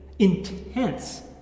intense